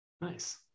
Nice